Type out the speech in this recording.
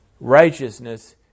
Righteousness